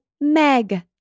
Meg